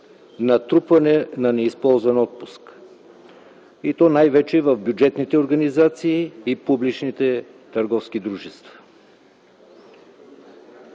натрупване на неизползван отпуск, и то най-вече в бюджетните организации и публичните търговски дружества.